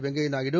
Venkaiah Naidu